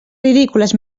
ridícules